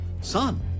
son